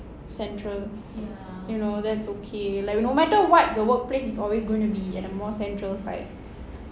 central you know then it's okay no matter what the workplace is always going to be at a more central side